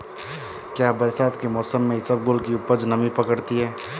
क्या बरसात के मौसम में इसबगोल की उपज नमी पकड़ती है?